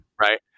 right